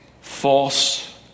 false